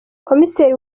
komiseri